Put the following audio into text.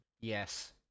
yes